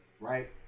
right